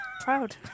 proud